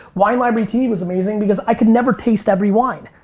wine library tv was amazing because i could never taste every wine.